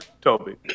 Toby